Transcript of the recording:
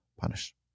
punish